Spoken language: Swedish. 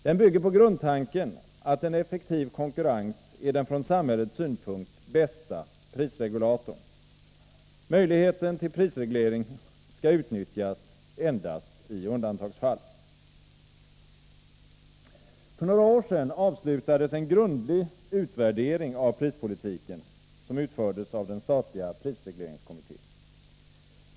Den bygger på grundtanken att en effektiv konkurrens är den från samhällets synpunkt bästa prisregulatorn. Möjligheten till prisreglering skall utnyttjas endast i undantagsfall. För några år sedan avslutades en grundlig utvärdering av prispolitiken, som utfördes av den statliga prisregleringskommittén.